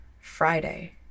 Friday